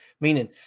Meaning